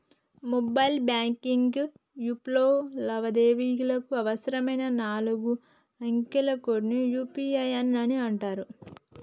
mobile banking యాప్లో లావాదేవీలకు అవసరమైన నాలుగు అంకెల కోడ్ ని యం.పి.ఎన్ అంటరు